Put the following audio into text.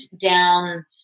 down